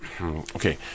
okay